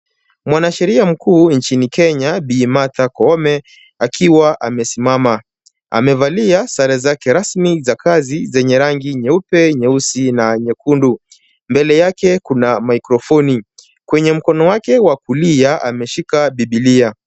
Mwanasheria mkuu nchini Kenya Bi. Martha Koome akiwa amesimama. Amevalia sare zake rasmi za kazi zenye rangi nyeupe, nyeusi na nyekundu. Mbele yake kuna mikrofoni . Kwenye mkono wake wa kulia ameshika bibilia.